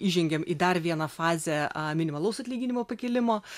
įžengiam į dar vieną fazę minimalaus atlyginimo pakėlimo